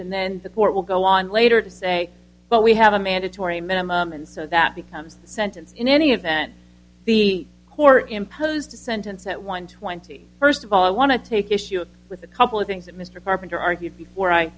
and then the court will go on later to say but we have a mandatory minimum and so that becomes a sentence in any event the court imposed a sentence at one twenty first of all i want to take issue with a couple of things that mr carpenter argued before i